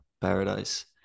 paradise